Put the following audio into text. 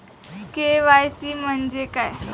KYC म्हंजे काय?